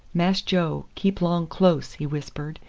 mass joe keep long close, he whispered.